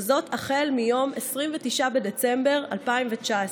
וזאת החל מיום 29 בדצמבר 2019,